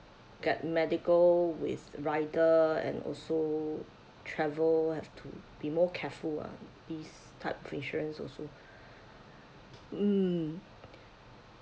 get medical with rider and also travel have to be more careful ah this type insurance also hmm